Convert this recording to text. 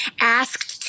asked